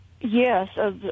Yes